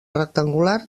rectangular